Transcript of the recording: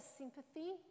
sympathy